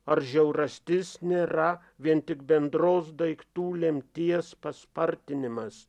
ar žiaurastis nėra vien tik bendros daiktų lemties paspartinimas